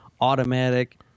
automatic